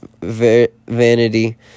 vanity